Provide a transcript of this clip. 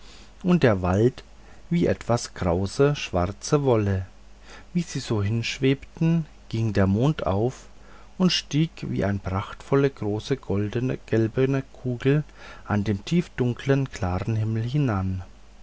und der wald wie etwas krause schwarze wolle wie sie so hinschwebten ging der mond auf und stieg wie eine prachtvolle große goldgelbe kugel an dem tiefdunkeln klaren himmel hinan